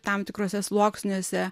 tam tikruose sluoksniuose